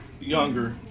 younger